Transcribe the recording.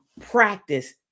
practice